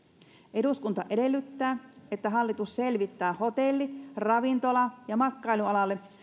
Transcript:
eduskunta edellyttää että hallitus selvittää hotelli ravintola ja matkailualalle